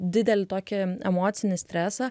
didelį tokį emocinį stresą